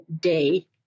day